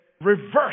reverse